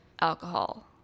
alcohol